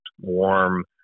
warm